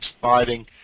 fighting